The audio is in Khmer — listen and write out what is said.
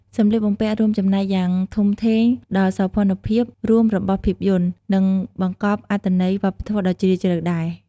សម្លៀកបំពាក់រួមចំណែកយ៉ាងធំធេងដល់សោភ័ណភាពរួមរបស់ភាពយន្ត និងបង្កប់អត្ថន័យវប្បធម៌ដ៏ជ្រាលជ្រៅដែរ ។